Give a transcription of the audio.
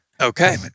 Okay